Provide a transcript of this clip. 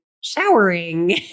showering